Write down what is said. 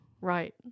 Right